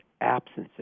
absences